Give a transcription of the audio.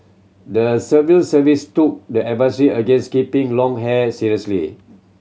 the civil service took the advisory against keeping long hair seriously